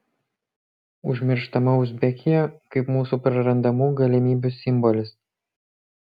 užmirštama uzbekija kaip mūsų prarandamų galimybių simbolis